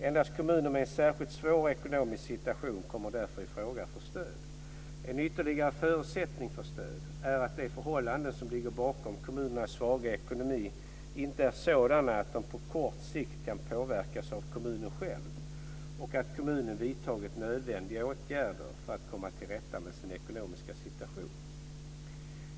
Endast kommuner med en särskilt svår ekonomisk situation kommer därför i fråga för stöd. En ytterligare förutsättning för stöd är att de förhållanden som ligger bakom kommunens svaga ekonomi inte är sådana att de på kort sikt kan påverkas av kommunen själv och att kommunen vidtagit nödvändiga åtgärder för att komma till rätta med sin ekonomiska situation.